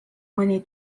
mõni